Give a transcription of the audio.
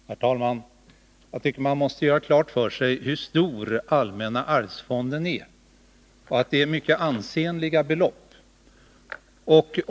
Herr talman! Jag tycker att man måste göra klart för sig att allmänna arvsfonden omfattar mycket ansenliga belopp.